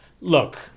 Look